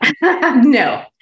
No